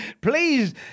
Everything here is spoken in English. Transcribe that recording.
Please